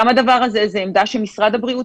גם בדבר הזה זו עמדה שמשרד הבריאות,